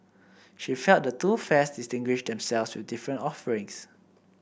she felt the two fairs distinguished themselves with different offerings